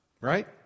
right